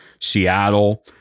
Seattle